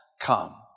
come